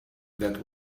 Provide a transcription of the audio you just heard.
that